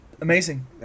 Amazing